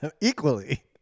equally